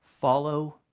follow